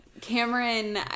Cameron